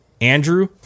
Andrew